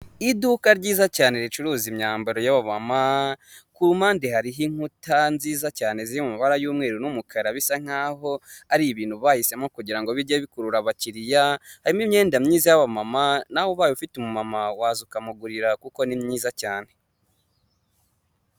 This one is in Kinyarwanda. Iduka ryiza cyane ricuruza imyambaro y'abamama, ku mpande hariho inkuta nziza cyane ziri mubara y'umweru n'umukara bisa nkaho ari ibintu bahisemo kugira ngo bijye bikurura abakiriya, harimo imyenda myiza yaba mama, nawe ubaye ufite umumama waza ukamugurira, kuko ni myiza cyane.